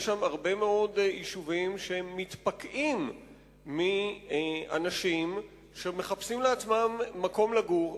יש שם הרבה מאוד יישובים שמתפקעים מאנשים שמחפשים לעצמם מקום לגור,